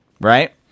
right